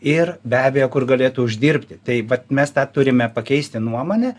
ir be abejo kur galėtų uždirbti tai vat mes tą turime pakeisti nuomonę